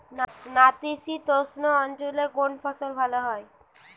নাতিশীতোষ্ণ অঞ্চলে কোন ফসল ভালো হয়?